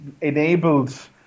enabled